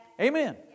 Amen